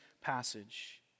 passage